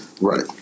Right